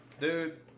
Dude